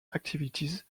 activities